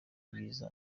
ibyiza